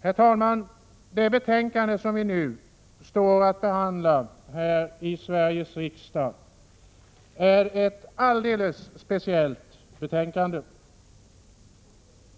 Herr talman! Det betänkande som vi nu behandlar här i Sveriges riksdag är ett alldeles speciellt betänkande.